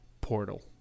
portal